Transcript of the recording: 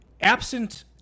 Absent